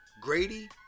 Grady